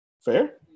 Fair